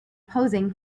posing